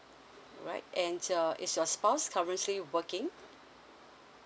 right and uh is your spouse currently working